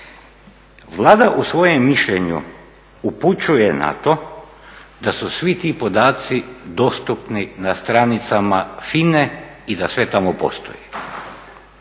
Vlada u svojem mišljenju upućuje na to da su svi ti podaci dostupni na stranicama FINA-e i da sve tamo postoji.